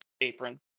apron